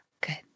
Good